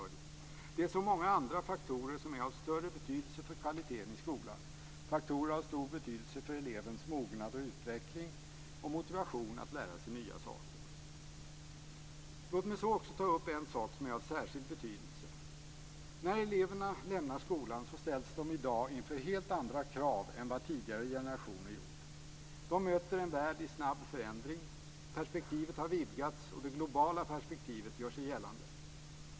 Det finns så många andra faktorer som är av större betydelse för kvaliteten i skolan - faktorer som är av stor betydelse för elevens mognad och utveckling samt för motivationen att lära sig nya saker. Sedan skulle jag vilja ta upp någonting som är av särskild betydelse. När eleverna lämnar skolan ställs de i dag inför helt andra krav jämfört med hur det var för tidigare generationer. De möter en värld i snabb förändring. Perspektivet har vidgats. Det globala perspektivet gör sig gällande.